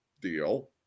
deal